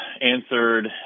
answered